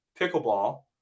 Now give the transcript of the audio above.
pickleball